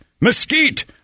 mesquite